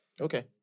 okay